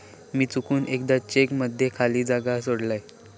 मी चुकून एकदा चेक मध्ये खाली जागा सोडलय